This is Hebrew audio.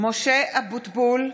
משה אבוטבול,